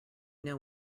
know